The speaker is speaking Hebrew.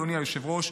אדוני היושב-ראש,